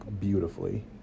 beautifully